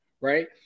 right